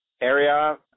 area